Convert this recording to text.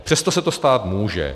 Přesto se to stát může.